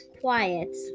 quiet